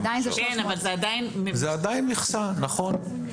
אבל עדיין זה 300. זה עדיין מכסה, נכון.